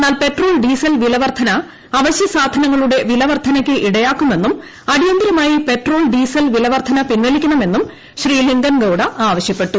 എന്നാൽ petrol diesel വില വർദ്ധന ആവശൃ സാധനങ്ങളുടെ ്വില വർദ്ധനയ്ക്ക് ഇടയാക്കുമെന്നും അടിയന്തിരമായി പെട്രോൾ ഡീസൽ വില വർദ്ധന പിൻവലിയ്ക്കണമെന്നും ശ്രീ ലിങ്കൻ ഗൌഡ ആവശ്യപ്പെട്ടു